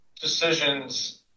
decisions